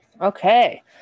Okay